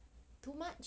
too much